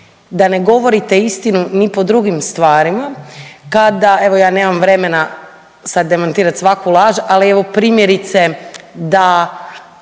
da ne govorite istinu ni po drugim stvarima, kada, evo ja nemam vremena sad demantirati svaku laž, ali evo, primjerice, da